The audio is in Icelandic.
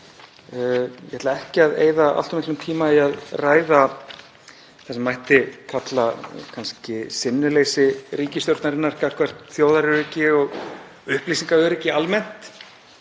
Ég ætla ekki að eyða allt of miklum tíma í að ræða það sem mætti kannski kalla sinnuleysi ríkisstjórnarinnar gagnvart þjóðaröryggi og upplýsingaöryggi almennt